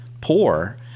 poor